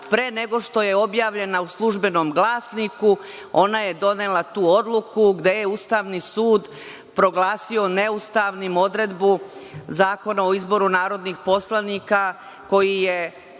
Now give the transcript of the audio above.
Pre nego što je objavljena u „Službenom glasniku“, ona je donela tu odluku, gde je Ustavni sud proglasio neustavnim odredbu Zakona o izboru narodnih poslanika, koji je